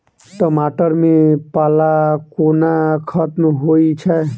टमाटर मे पाला कोना खत्म होइ छै?